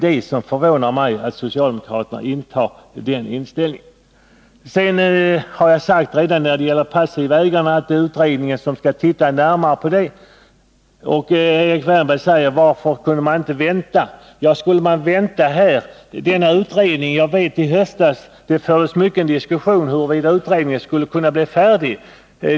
Det förvånar mig att socialdemokraterna intar den ståndpunkten. När det gäller passivt ägande har jag redan sagt att utredningen skall se närmare på den saken. Erik Wärnberg frågar varför man inte kan vänta. I höstas diskuterades det mycket huruvida utredningen skulle bli färdig.